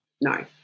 No